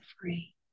free